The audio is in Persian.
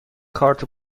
کارت